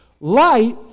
Light